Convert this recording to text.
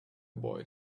boy